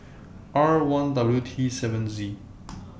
R one W T seven E